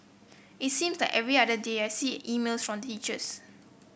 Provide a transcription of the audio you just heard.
it seem that every other day I see emails from teachers